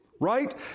right